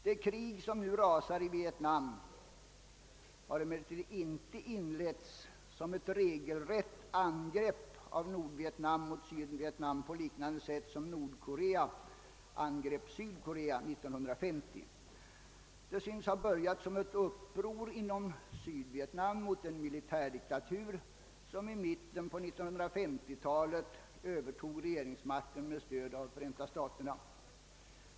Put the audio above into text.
Det krig som nu rasar i Vietnam har emellertid inte inletts som ett regelrätt angrepp av Nordvietnam mot Sydvietnam på liknande sätt som Nordkorea angrep Sydkorea 1950. Det synes ha börjat som ett uppror inom Sydvietnam mot den militärdiktatur, som i mitten på 1950-talet övertog regeringsmakten med stöd av Förenta staterna.